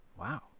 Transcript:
wow